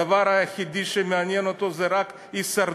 הדבר היחידי שמעניין אותו זה רק הישרדות.